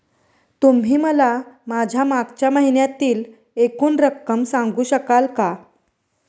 तुम्ही मला माझ्या मागच्या महिन्यातील एकूण रक्कम सांगू शकाल का?